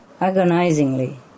agonizingly